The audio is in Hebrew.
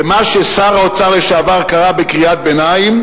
מה ששר האוצר לשעבר קרא בקריאת ביניים,